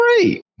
great